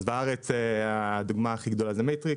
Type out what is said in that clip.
אז בארץ הדוגמה הכי גדולה זה מטריקס.